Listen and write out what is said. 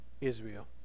Israel